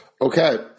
Okay